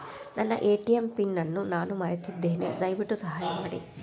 ನನ್ನ ATM PIN ಅನ್ನು ನಾನು ಮರೆತಿದ್ದೇನೆ, ದಯವಿಟ್ಟು ಸಹಾಯ ಮಾಡಿ